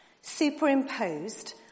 superimposed